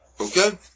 Okay